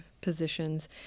positions